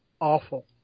Awful